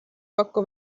paku